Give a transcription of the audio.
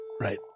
Right